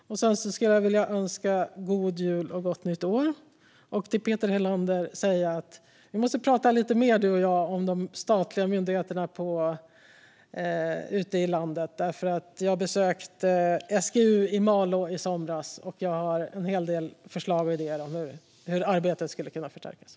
Sedan skulle jag vilja önska god jul och gott nytt år. Till Peter Helander vill jag säga att vi måste prata lite mer om de statliga myndigheterna ute i landet. Jag besökte SGU i Malå i somras och har en hel del förslag och idéer om hur arbetet skulle kunna förstärkas.